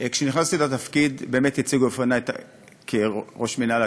כשנכנסתי לתפקיד באמת הציגו בפני כראש מינהל,